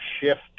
shift